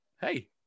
hey